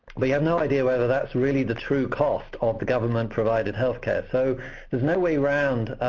but have no idea whether that's really the true cost of the government-provided health care. so there's no way around.